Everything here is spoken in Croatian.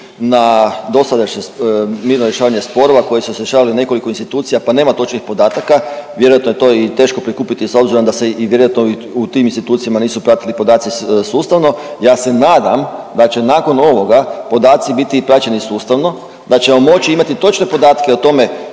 na dosadašnje mirno rješavanje sporova koje …/Govornik se ne razumije/…nekoliko institucija, pa nema točnih podataka, vjerojatno je to i teško prikupiti s obzirom da se i vjerojatno u tim institucijama nisu pratili podaci sustavno. Ja se nadam da će nakon ovoga podaci biti praćeni sustavno, da ćemo moći imati točne podatke o tome